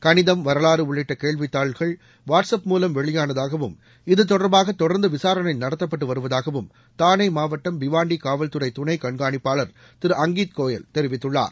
களிதம் வரலாறு உள்ளிட்ட கேள்வித் தாள்கள் வாட்ஸ் அப் மூலம் வெளியானதாகவும் இது தொடர்பாக தொடர்ந்து விசாரணை நடத்தப்பட்டு வருவதாகவும் தானே மாவட்டம் பிவாண்டி காவல்துறை துணை கண்காணிப்பாளர் திரு அங்கீத் கோயல் தெரிவித்தார்